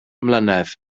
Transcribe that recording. mlynedd